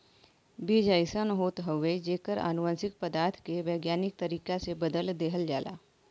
बीज अइसन होत हउवे जेकर अनुवांशिक पदार्थ के वैज्ञानिक तरीका से बदल देहल जाला